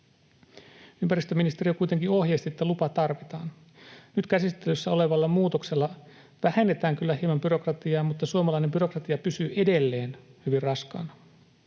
Ympäristöministeriö kuitenkin ohjeisti, että lupa tarvitaan. Nyt käsittelyssä olevalla muutoksella vähennetään kyllä hieman byrokratiaa, mutta suomalainen byrokratia pysyy edelleen hyvin raskaana.